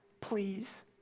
Please